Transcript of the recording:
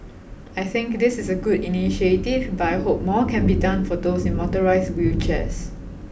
I think this is a good initiative but I hope more can be done for those in motorised wheelchairs